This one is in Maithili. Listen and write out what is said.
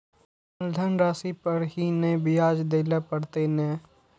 मुलधन राशि पर ही नै ब्याज दै लै परतें ने?